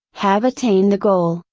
have attained the goal,